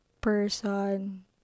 person